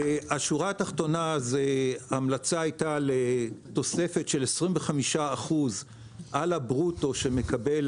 בשורה התחתונה ההמלצה הייתה לתוספת של 25 אחוזים על הברוטו שמקבל